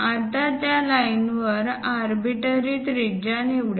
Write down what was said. आता त्या लाईनवर आर्बिटरी त्रिज्या निवडा